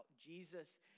Jesus